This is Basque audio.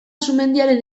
sumendiaren